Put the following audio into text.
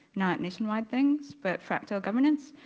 not nationwide things, but fractile governance.